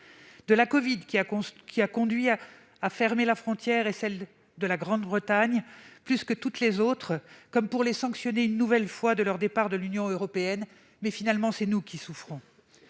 de la covid qui a conduit à fermer la frontière de la Grande-Bretagne plus que toutes les autres, comme pour sanctionner une nouvelle fois les Britanniques de leur départ de l'Union européenne, alors que finalement, c'est nous qui souffrons.